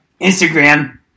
Instagram